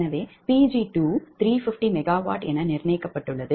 எனவே Pg2 350 MW ஆக நிர்ணயிக்கப்பட்டுள்ளது